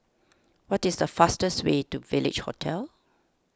what is the fastest way to Village Hotel